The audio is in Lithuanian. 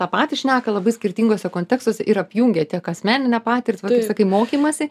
tą patį šneka labai skirtinguose kontekstuose ir apjungia tiek asmeninę patirtį vat kaip sakai mokymąsi